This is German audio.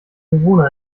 bewohner